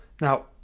Now